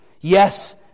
Yes